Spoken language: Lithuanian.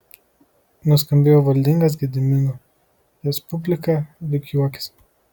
nuskambėjo valdingas gedimino respublika rikiuokis